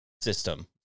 system